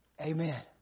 Amen